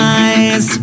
eyes